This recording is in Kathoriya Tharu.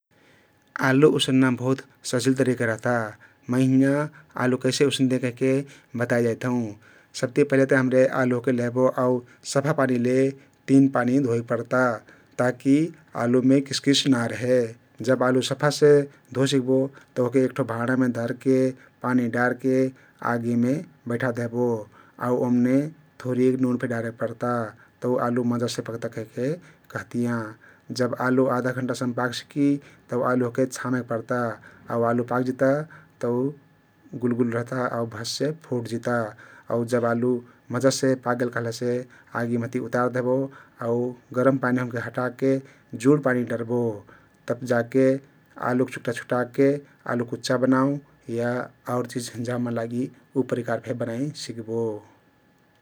आलु उसन्ना बहुत सहजिल तरिका रहता । मै हिंया आलु कैसे उसन्तियाँ कहिके बताइ जाइत हउँ । सबति पहिलेत हम्रे आलु लेहबो आउ सफा पानीले तिन पानी धोइक पर्ता ता कि आलुमे किस किस नारहे । जब आलु सफसे धो सिक्बो तउ ओहके एक ठो भाँडामे धरके पानी डारके आगी मे बैठादेहबो आउ ओमने थोरिएक नोन फे डारे पर्ता तउ आलु मजासे पक्ता कहिके कहतियाँ । जब आलु आधा घण्टा सम पाकसिकी तउ आलु ओहके छमेक पर्ता । आलु पाकजिता तउ गुलगुल रहता आउ भस से फुटजिता आउ आलु मजासे पाकगेल कहलेसे आगी महती उतार देहबो आउ गरम पानी हटाके जुड पानी डरबो । तब जाके आलुक चुक्टा छुटाके आलुक कुच्चा बनाउँ या आउर चिझ फे जा मन लागी उ परिकार फे बनाइ सिक्बो ।